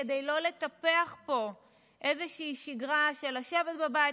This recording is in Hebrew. כדי לא לטפח פה איזושהי שגרה של לשבת בבית,